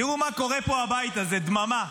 תראו מה קורה פה בבית הזה, דממה.